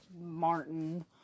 Martin